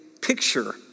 picture